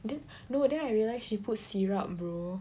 then no then I realised she put syrup bro